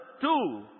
two